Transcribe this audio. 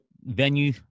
venue